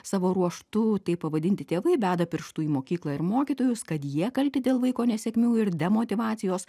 savo ruožtu taip pavadinti tėvai beda pirštu į mokyklą ir mokytojus kad jie kalti dėl vaiko nesėkmių ir demotyvacijos